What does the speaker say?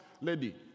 lady